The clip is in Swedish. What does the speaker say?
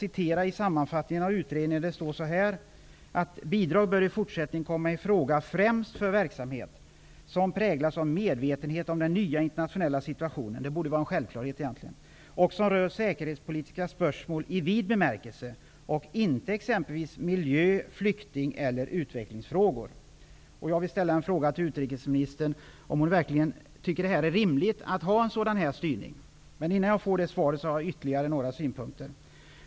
I sammanfattningen av utredningen framgår det att bidraget bör i fortsättningen främst utgå för verksamhet som präglas av medvetenhet om den nya internationella situationen -- det borde egentligen vara en självklarhet -- och som rör säkerhetspolitiska spörsmål i vid bemärkelse och inte exempelvis miljö-, flykting eller utvecklingsfrågor. Tycker verkligen utrikesministern att det är rimligt att ha en sådan styrning? Jag har ytterligare några synpunkter.